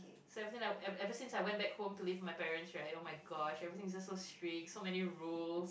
so ever since ever ever since to went back home to leave my parents right oh-my-god everything is just so strict so many rules